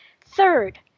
Third